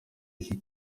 iki